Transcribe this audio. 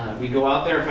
we go out there,